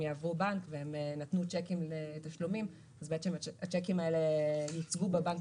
יעברו בנק והם נתנו שיקים לתשלומים אז בעצם השיקים האלה יוצגו בבנק